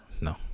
No